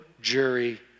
jury